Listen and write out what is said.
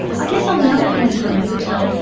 i guess on the other hand, sally satel,